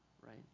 right